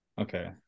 Okay